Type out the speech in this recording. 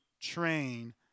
train